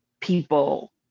people